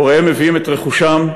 הוריהם מביאים את רכושם,